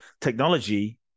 technology